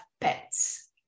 pets